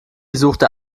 suchte